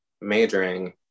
majoring